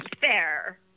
fair